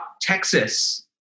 Texas